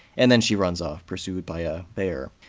and then she runs off, pursued by a bear.